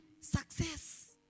success